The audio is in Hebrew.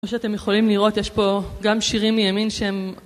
כמו שאתם יכולים לראות, יש פה גם שירים מימין שהם...